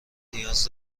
نیاز